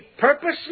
purposely